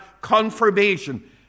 confirmation